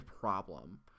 problem